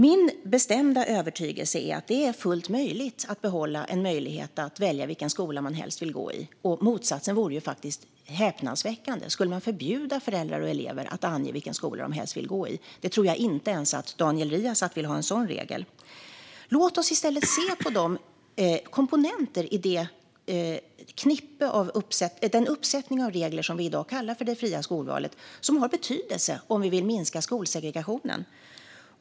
Min bestämda övertygelse är att det är fullt möjligt att behålla möjligheten att välja vilken skola man helst vill gå i. Motsatsen vore häpnadsväckande. Skulle vi förbjuda föräldrar och elever att ange vilken skola man helst vill gå i? Jag tror inte att ens Daniel Riazat vill ha en sådan regel. Låt oss i stället se på de komponenter i den uppsättning av regler som vi i dag kallar för det fria skolvalet och som har betydelse om vi vill minska skolsegregationen.